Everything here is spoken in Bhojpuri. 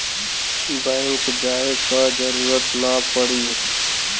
बैंक जाये क जरूरत ना पड़ी